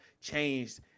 changed